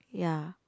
ya